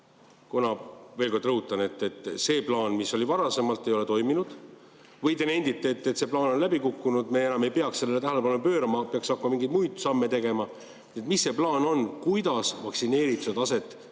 ma veel kord rõhutan, see plaan, mis oli varem, ei ole toiminud? Või te nendite, et see plaan on läbi kukkunud ja me enam ei peaks sellele tähelepanu pöörama, vaid peaksime hakkama mingeid muid samme tegema? Mis teie plaan on? Kuidas vaktsineerituse taset